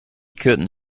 couldn’t